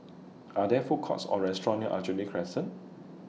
Are There Food Courts Or Restaurant near Aljunied Crescent